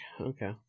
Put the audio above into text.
okay